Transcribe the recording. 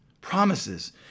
promises